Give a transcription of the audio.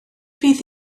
fydd